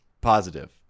positive